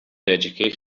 education